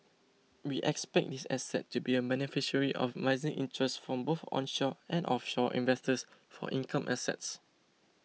we expect this asset to be a beneficiary of rising interests from both onshore and offshore investors for income assets